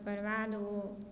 तकरबाद ओ